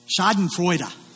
Schadenfreude